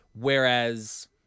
Whereas